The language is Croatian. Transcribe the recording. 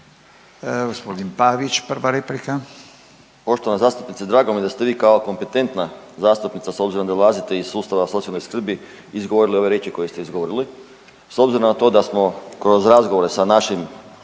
Gospodin Pavić, prva replika.